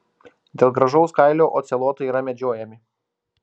dėl gražaus kailio ocelotai yra medžiojami